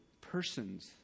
persons